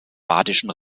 badischen